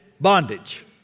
bondage